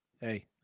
Hey